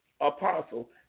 apostle